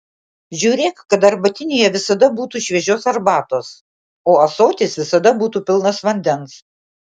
žiūrėk kad arbatinyje visada būtų šviežios arbatos o ąsotis visada būtų pilnas vandens